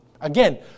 Again